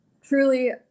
truly